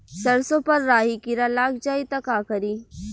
सरसो पर राही किरा लाग जाई त का करी?